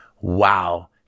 Wow